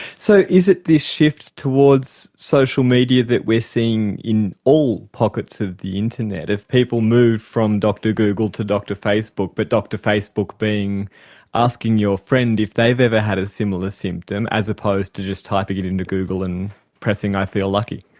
so is it this shift towards social media that we are seeing in all pockets of the internet? if people move from dr google to dr facebook but dr facebook being asking your friend if they've ever had a similar symptom as opposed to just typing it into google and pressing i feel lucky.